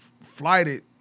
flighted